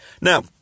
Now